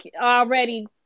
already